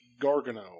Gargano